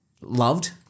loved